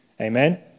Amen